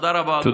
תודה רבה, אדוני.